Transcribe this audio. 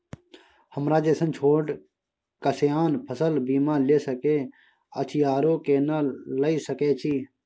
हमरा जैसन छोट किसान फसल बीमा ले सके अछि आरो केना लिए सके छी?